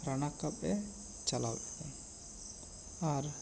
ᱨᱟᱱᱟᱠᱟᱵᱮ ᱪᱟᱞᱟᱣ ᱞᱮᱱᱟ ᱟᱨ